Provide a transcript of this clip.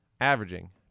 averaging